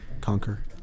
Conquer